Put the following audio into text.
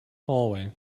hallway